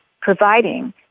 providing